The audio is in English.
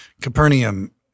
Capernaum